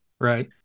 Right